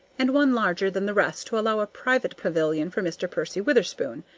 and one larger than the rest to allow a private pavilion for mr. percy witherspoon.